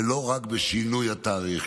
ולא רק בשינוי התאריך,